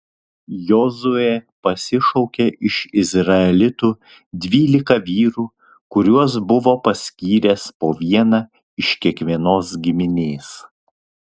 jozuė pasišaukė iš izraelitų dvylika vyrų kuriuos buvo paskyręs po vieną iš kiekvienos giminės